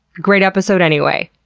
great episode anyway.